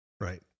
Right